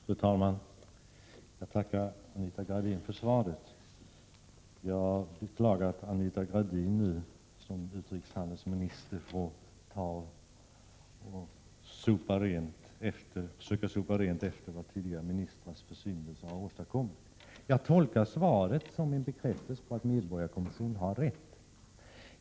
Fru talman! Jag tackar Anita Gradin för svaret. Jag beklagar att Anita Gradin nu som utrikeshandelsminister får försöka sopa rent efter vad tidigare ministrars försyndelser har åstadkommit. Jag tolkar svaret som en bekräftelse på att medborgarkommissionen har rätt.